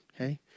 okay